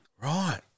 Right